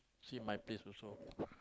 see my place also